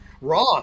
raw